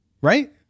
right